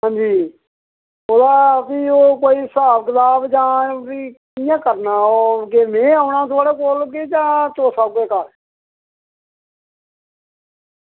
आं जी ओह् भी स्हाब कताब भी ओह् कियां करना ते ओह् में औना थुआढ़े कोल जां तुस आह्गेओ घर